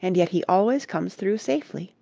and yet he always comes through safely.